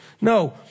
No